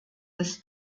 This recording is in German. des